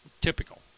typical